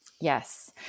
Yes